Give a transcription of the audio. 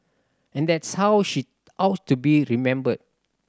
and that's how she ought to be remembered